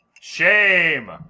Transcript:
Shame